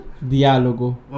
Diálogo